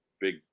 big